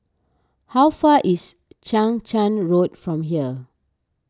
how far is Chang Charn Road from here